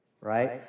right